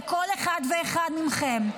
לכל אחד ואחד מכם,